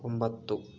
ಒಂಬತ್ತು